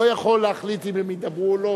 לא יכול להחליט אם הם ידברו או לא,